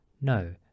No